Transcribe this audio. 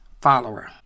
follower